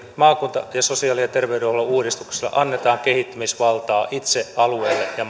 maakunta ja sosiaali ja ter veydenhuollon uudistuksella annetaan kehittymisvaltaa itse alueille ja